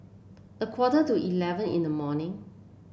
a quarter to eleven in the morning